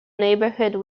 neighbourhood